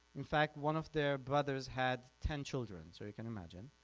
in fact one of their brothers had ten children, so you can imagine,